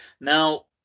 now